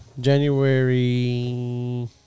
January